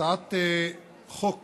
הצעת חוק